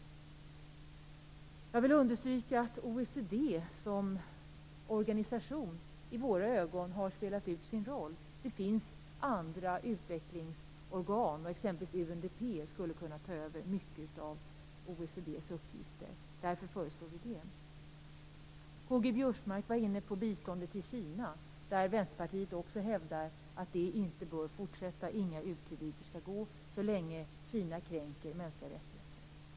OECD har i våra ögon spelat ut sin roll som organisation. Det finns andra utvecklingsorgan. Exempelvis UNDP skulle kunna ta över många av OECD:s uppgifter. Därför föreslår vi det. Vänsterpartiet hävdar också att det inte bör fortsätta. Så länge Kina kränker mänskliga rättigheter skall det inte förekomma några u-krediter.